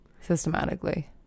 systematically